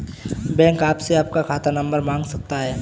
bank आपसे आपका खाता नंबर मांग सकता है